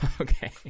Okay